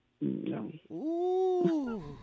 No